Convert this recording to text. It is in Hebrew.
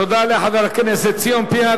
תודה לחבר הכנסת ציון פיניאן.